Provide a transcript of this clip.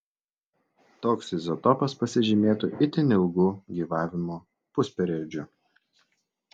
toks izotopas pasižymėtų itin ilgu gyvavimo pusperiodžiu